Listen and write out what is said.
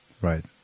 Right